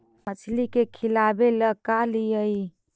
मछली के खिलाबे ल का लिअइ?